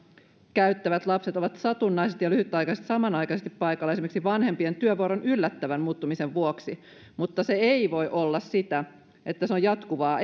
käyttävät lapset ovat satunnaisesti ja lyhytaikaisesti samanaikaisesti paikalla esimerkiksi vanhempien työvuoron yllättävän muuttumisen vuoksi mutta se ei voi olla jatkuvaa